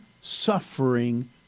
suffering